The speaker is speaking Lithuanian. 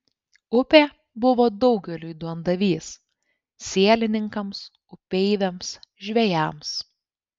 upė buvo daugeliui duondavys sielininkams upeiviams žvejams